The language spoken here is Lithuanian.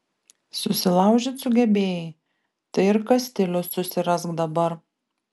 susilaužyt sugebėjai tai ir kastilius susirask dabar